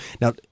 now